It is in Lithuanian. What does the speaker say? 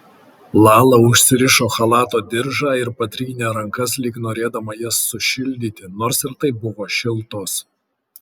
lala užsirišo chalato diržą ir patrynė rankas lyg norėdama jas sušildyti nors ir taip buvo šiltos